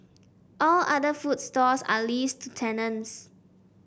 all other food stalls are leased to tenants